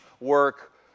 work